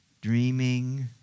dreaming